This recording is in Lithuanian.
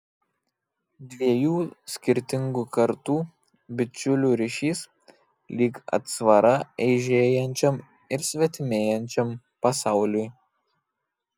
dviejų skirtingų kartų bičiulių ryšys lyg atsvara eižėjančiam ir svetimėjančiam pasauliui